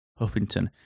Huffington